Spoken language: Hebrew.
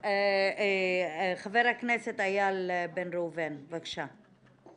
חבר הכנסת איל בן ראובן, בבקשה.